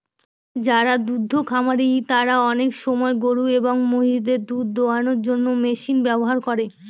যারা দুদ্ধ খামারি তারা আনেক সময় গরু এবং মহিষদের দুধ দোহানোর মেশিন ব্যবহার করে